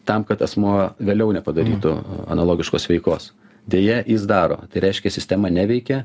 tam kad asmuo vėliau nepadarytų analogiškos veikos deja jis daro tai reiškia sistema neveikia